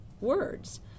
words